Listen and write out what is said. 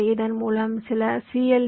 எனவே இதன் மூலம் சில சி